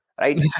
right